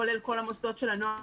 כולל גם כל המוסדות של הנוער,